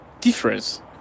difference